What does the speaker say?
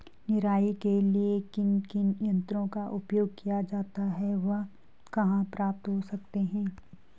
निराई के लिए किन किन यंत्रों का उपयोग किया जाता है वह कहाँ प्राप्त हो सकते हैं?